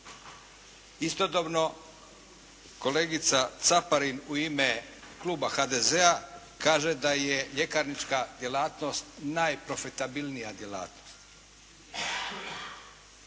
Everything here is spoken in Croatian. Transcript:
Istodobno, kolegica Caparin u ime kluba HDZ-a kaže da je ljekarnička djelatnost najprofitabilnija djelatnost.